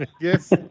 Yes